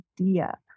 idea